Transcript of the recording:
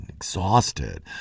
exhausted